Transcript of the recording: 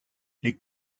les